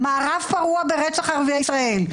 מערב פרוע ברצח ערביי ישראל.